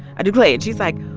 i declare. she's, like,